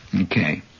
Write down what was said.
Okay